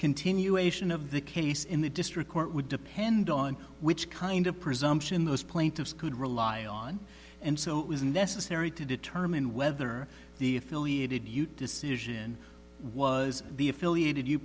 continuation of the case in the district court would depend on which kind of presumption those plaintiffs could rely on and so it was necessary to determine whether the affiliated youth decision was the affiliated you